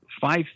five